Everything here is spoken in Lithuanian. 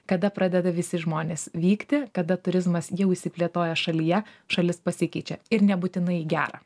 kada pradeda visi žmonės vykti kada turizmas jau išsiplėtoja šalyje šalis pasikeičia ir nebūtinai į gerą